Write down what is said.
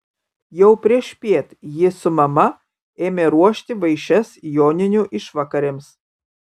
jau priešpiet ji su mama ėmė ruošti vaišes joninių išvakarėms